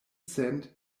cent